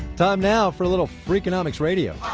time now for a little freakonomics radio.